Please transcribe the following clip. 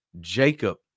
Jacob